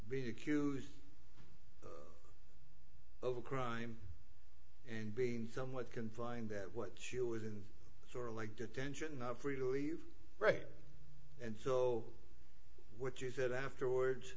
being accused of a crime and being somewhat confined that what you would in sort of like detention not free to leave right and so what you said afterwards